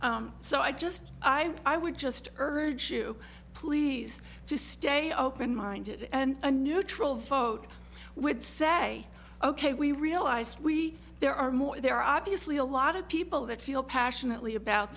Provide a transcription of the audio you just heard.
so i just i i would just urge you please to stay open minded and a neutral vote would say ok we realize we there are more there obviously a lot of people that feel passionately about